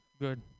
Good